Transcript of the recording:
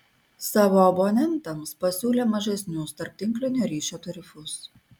savo abonentams pasiūlė mažesnius tarptinklinio ryšio tarifus